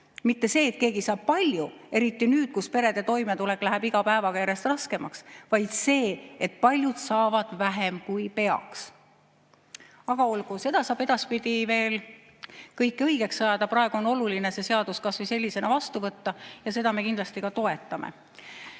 mitte see, et keegi saab palju – eriti nüüd, kui perede toimetulek läheb iga päevaga järjest raskemaks –, vaid see, et paljud saavad vähem kui peaks. Aga olgu, seda kõike saab edaspidi veel õigeks ajada, praegu on oluline see seadus kas või sellisena vastu võtta. Ja seda me kindlasti toetame.